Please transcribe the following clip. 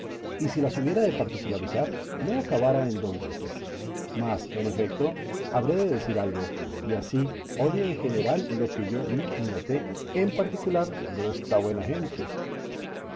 y si las hubiera de particularizar no acabara en dos meses mas en efeto habré de decir algo y así oye en general lo que yo vi y noté en particular desta buena gente